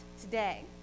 today